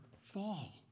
fall